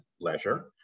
leisure